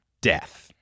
death